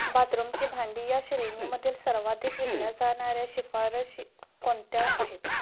बाथरूमची भांडी या श्रेणीमधील सर्वाधिक विकल्या जाणाऱ्या शिफारशी कोणत्या आहेत